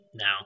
now